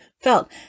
felt